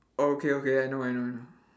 oh okay okay I know I know I know